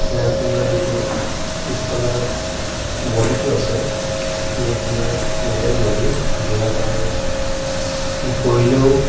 ই আপোনাৰ যিটো পিছফালৰ বডিটো আছে সি আপোনাৰ মেটেল বডি যিহৰ কাৰণে সি পৰিলেও